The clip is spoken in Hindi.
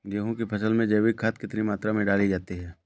गेहूँ की फसल में जैविक खाद कितनी मात्रा में डाली जाती है?